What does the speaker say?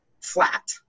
flat